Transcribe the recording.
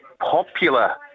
popular